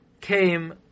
came